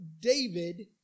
David